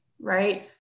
right